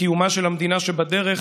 בקיומה של המדינה שבדרך,